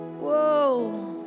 Whoa